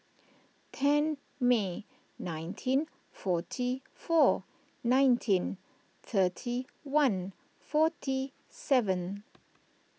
ten May nineteen forty four nineteen thirty one forty seven